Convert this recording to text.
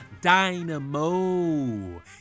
Dynamo